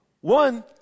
One